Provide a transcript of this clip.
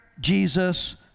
Jesus